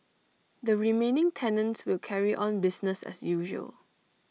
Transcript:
the remaining tenants will carry on business as usual